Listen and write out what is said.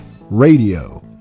radio